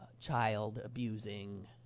child-abusing